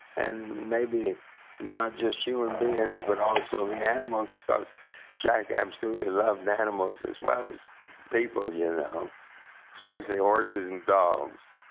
and maybe not just human beings but also the animals because jack absolutely loved animals as well as people, you know especially horses and dogs.